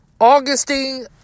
Augustine